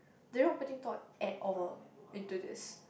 they not putting thought at all into this